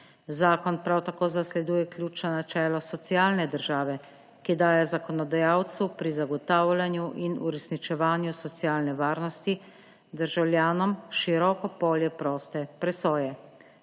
Zakon prav tako zasleduje ključno načelo socialne države, ki daje zakonodajalcu pri zagotavljanju in uresničevanju socialne varnosti državljanom široko polje proste presoje.